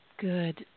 Good